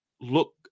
look